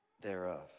thereof